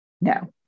No